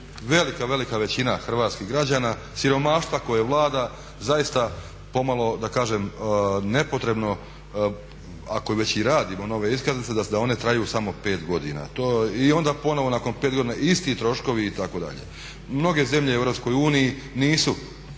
nalaze velika većina hrvatskih građana, siromaštva koje vlada zaista pomalo da kažem nepotrebno ako već i radimo nove iskaznice da one traju samo 5 godina. I onda ponovno nakon 5 godina isti troškovi itd. Mnoge zemlje u EU nisu